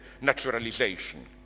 naturalization